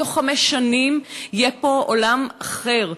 בתוך חמש שנים יהיה פה עולם אחר,